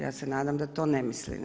Ja se nadam da to ne misli.